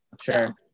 Sure